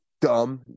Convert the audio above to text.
dumb